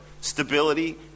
stability